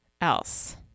else